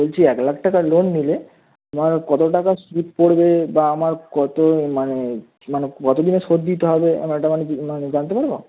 বলছি এক লাখ টাকার লোন নিলে হ্যাঁ কত টাকা সুদ পড়বে বা আমার কত মানে মানে কত দিনে শোধ দিতে হবে আমার এটা মানে কি মানে জানতে পারবো